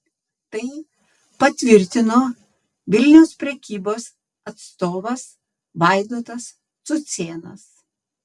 tai patvirtino vilniaus prekybos atstovas vaidotas cucėnas